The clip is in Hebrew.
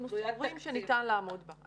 אנחנו סבורים שניתן לעמוד בה.